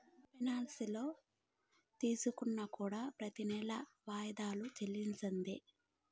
personal loan తీసుకున్నా కూడా ప్రెతి నెలా వాయిదాలు చెల్లించాల్సిందే